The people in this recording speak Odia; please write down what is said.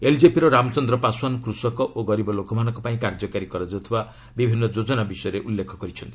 ଏଲ୍ଜେପିର ରାମଚନ୍ଦ୍ର ପାଶଓ୍ୱାନ୍ କୃଷକ ଓ ଗରିବ ଲୋକମାନଙ୍କ ପାଇଁ କାର୍ଯ୍ୟକାରୀ କରାଯାଉଥିବା ବିଭିନ୍ନ ଯୋଜନା ବିଷୟରେ ଉଲ୍ଲେଖ କରିଛନ୍ତି